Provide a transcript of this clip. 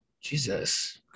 Jesus